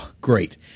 great